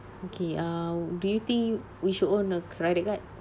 okay uh do you think we should own a credit card